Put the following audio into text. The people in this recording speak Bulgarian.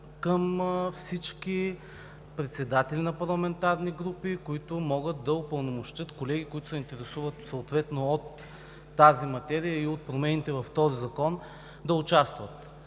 към всички председатели на парламентарни групи, които могат да упълномощят колеги, интересуващи се съответно от тази материя и от промените в този закон, да участват.